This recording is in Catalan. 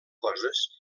coses